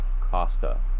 Costa